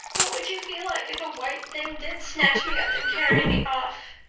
what would you feel like if a white thing did snatch me up and carry me off?